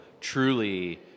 truly